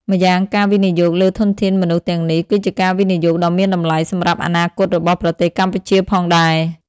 ម្យ៉ាងការវិនិយោគលើធនធានមនុស្សទាំងនេះ គឺជាការវិនិយោគដ៏មានតម្លៃសម្រាប់អនាគតរបស់ប្រទេសកម្ពុជាផងដែរ។